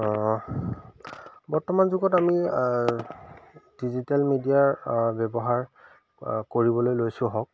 বৰ্তমান যুগত আমি ডিজিটেল মিডিয়াৰ ব্যৱহাৰ কৰিবলৈ লৈছোঁ হওক